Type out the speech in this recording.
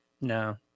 no